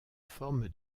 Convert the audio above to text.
forme